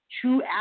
true